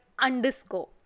underscore